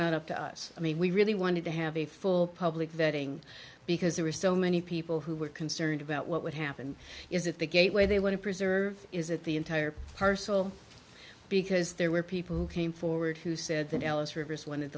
not up to us i mean we really wanted to have a full public vetting because there were so many people who were concerned about what would happen is if the gateway they want to preserve is that the entire parcel because there were people who came forward who said that ellis reversed one of